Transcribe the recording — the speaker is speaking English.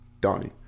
Donnie